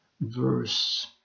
verse